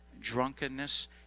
drunkenness